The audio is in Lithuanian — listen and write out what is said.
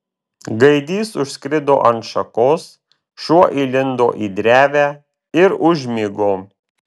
gaidys užskrido ant šakos šuo įlindo į drevę ir užmigo